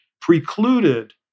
precluded